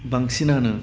बांसिनानो